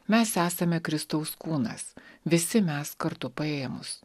mes esame kristaus kūnas visi mes kartu paėmus